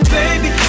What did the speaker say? baby